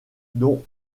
dont